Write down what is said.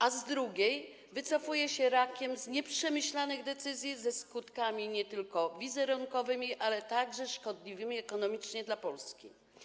A z drugiej, wycofuje się rakiem z nieprzemyślanych decyzji ze skutkami nie tylko wizerunkowymi, ale także szkodliwymi ekonomicznie dla Polski.